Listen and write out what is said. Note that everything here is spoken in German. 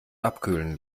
abkühlen